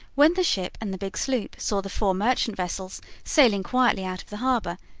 when the ship and the big sloop saw the four merchant vessels sailing quietly out of the harbor,